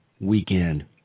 weekend